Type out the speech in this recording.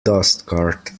dustcart